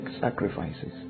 sacrifices